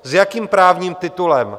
S jakým právním titulem?